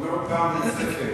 אומר פעם נוספת: